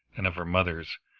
and of her mother's,